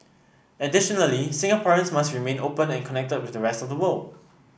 additionally Singaporeans must remain open and connected with the rest of the world